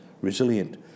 resilient